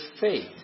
faith